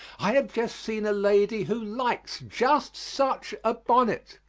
i have just seen a lady who likes just such a bonnet.